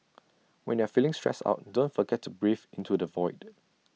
when you are feeling stressed out don't forget to breathe into the void